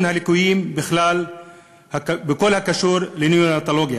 הליקויים בכלל בכל הקשור לנאונטולוגיה.